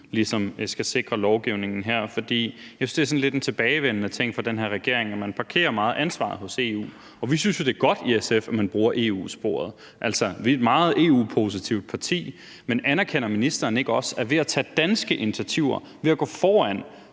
ligesom skal sikre lovgivningen her. For jeg synes, det er sådan lidt en tilbagevendende ting for den her regering, at man parkerer meget af ansvaret hos EU. Vi synes jo i SF, det er godt, at man bruger EU-sporet; altså, vi er et meget EU-positivt parti. Men anerkender ministeren ikke også, at ved at tage danske initiativer og ved at gå foran